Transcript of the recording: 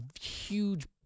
huge